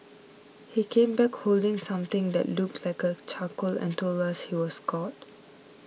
he came back holding something that looked like a charcoal and told us he was god